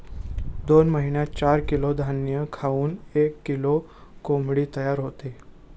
दोन महिन्यात चार किलो धान्य खाऊन एक किलो कोंबडी तयार होते